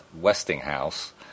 Westinghouse